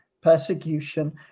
persecution